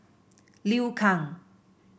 Liu Kang